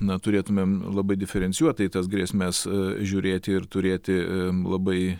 na turėtumėm labai diferencijuotai į tas grėsmes žiūrėti ir turėti labai